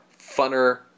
funner